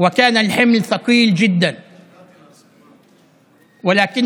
סעיד לא היה רק חבר כנסת אלא היה גם נציג שבא לשאת את בעיית הנגב,